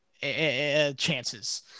chances